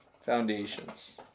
foundations